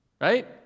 Right